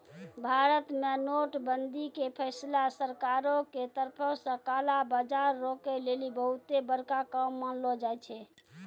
भारत मे नोट बंदी के फैसला सरकारो के तरफो से काला बजार रोकै लेली बहुते बड़का काम मानलो जाय छै